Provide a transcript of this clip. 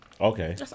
Okay